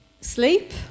Sleep